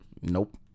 Nope